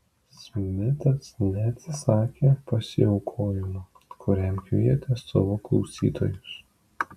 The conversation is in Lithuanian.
smitas neatsisakė pasiaukojimo kuriam kvietė savo klausytojus